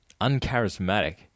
uncharismatic